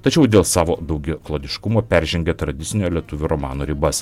tačiau dėl savo daugiaplaniškumo peržengia tradicinio lietuvių romano ribas